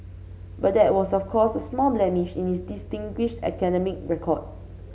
but that was of course a small blemish in his distinguished academic record